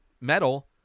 metal